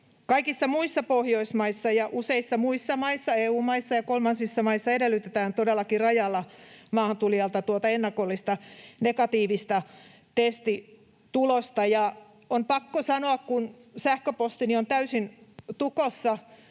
Kaikissa muissa Pohjoismaissa ja useissa muissa EU-maissa ja kolmansissa maissa edellytetään todellakin rajalla maahantulijalta ennakollista negatiivista testitulosta. On pakko sanoa, että sähköpostini on täysin tukossa